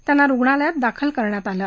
त्यांना रुग्णालयात दाखल करण्यात आलं आहे